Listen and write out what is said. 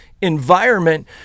environment